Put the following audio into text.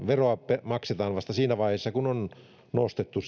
veroa maksetaan vasta siinä vaiheessa kun on nostettu